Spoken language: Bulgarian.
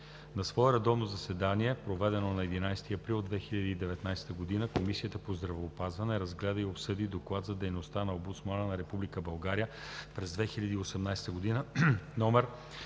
На свое редовно заседание, проведено на 11 април 2019 г., Комисията по здравеопазването разгледа и обсъди Доклад за дейността на Омбудсмана на Република